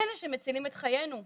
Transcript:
אלה שמצילים את חיינו,